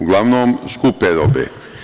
Uglavnom skupe robe.